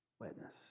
witness